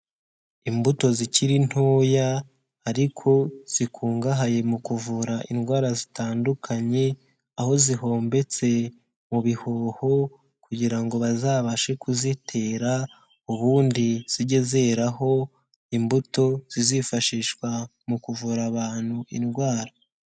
Imbuto zikiri ntoya ariko zikungahaye mu kuvura indwara zitandukanye, aho zihombetse mu bihoho kugira ngo bazabashe kuzitera ubundi zijye zeraho imbuto zizifashishwa mu kuvura abantu indwara.